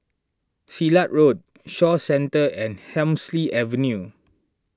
Silat Road Shaw Centre and Hemsley Avenue